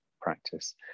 practice